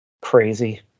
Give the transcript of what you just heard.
crazy